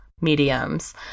mediums